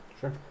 Sure